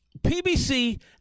pbc